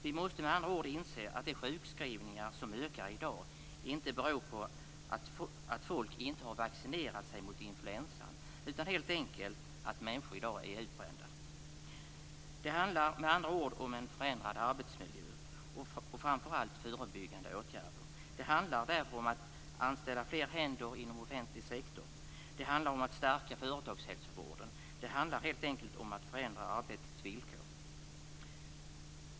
Vi måste alltså inse att de sjukskrivningar som ökar i dag inte beror på att folk inte har vaccinerat sig mot influensan utan helt enkelt på att människor i dag är utbrända. Det handlar med andra ord om en förändrad arbetsmiljö och framför allt om förebyggande åtgärder. Det handlar därför om att anställa fler inom offentlig sektor. Det handlar om att stärka företagshälsovården. Det handlar helt enkelt om att förändra arbetets villkor.